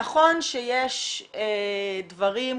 נכון שיש דברים,